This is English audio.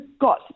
got